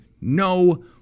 No